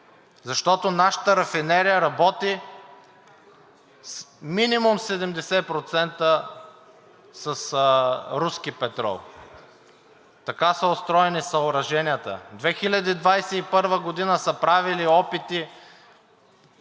защото нашата рафинерия работи с минимум 70% руски петрол. Така са устроени съоръженията. През 2021 г. са правили опити